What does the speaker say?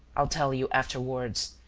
i'll tell you afterwards,